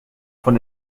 von